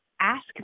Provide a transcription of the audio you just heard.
Ask